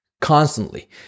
constantly